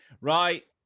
Right